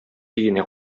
өенә